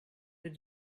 did